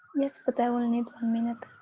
yes, but i will need a minute.